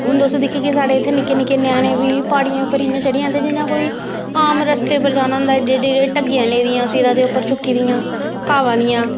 हून तुस दिखदे साढ़े इत्थें निक्के निक्के ञ्यानें बी प्हाड़ियें उप्पर इ'यां चढ़ी जंदे जियां कोई आम रस्ते पर जाना होंदा एड्डे एड्डे डग्गियां लेदियां रस्ते पर सिरै दे उप्पर चुक्की दियां घाह् दियां